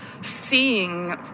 seeing